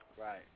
Right